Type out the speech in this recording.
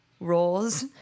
roles